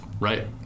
Right